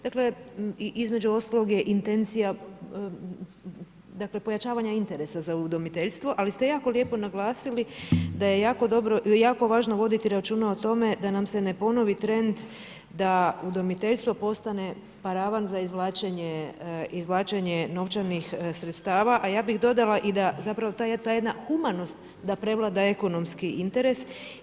Dakle i između ostalog je intencija dakle pojačavanja interesa za udomiteljstvo ali ste jako lijepo naglasili da je jako važno voditi računa o tome da nam se ne ponovi trend da udomiteljstvo postane paravan za izvlačenje novčanih sredstava a ja bih dodala i da zapravo ta jedna humanost da prevlada ekonomski interes.